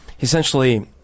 essentially